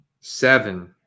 seven